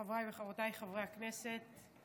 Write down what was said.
חבריי וחברותיי חברי הכנסת,